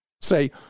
say